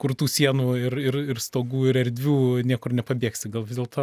kur tų sienų ir ir ir stogų ir erdvių niekur nepabėgsi gal vis dėlto